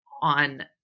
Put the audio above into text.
on